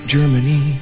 Germany